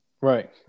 Right